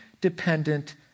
dependent